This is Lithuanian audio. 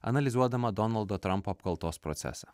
analizuodama donaldo trampo apkaltos procesą